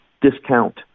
discount